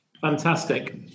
fantastic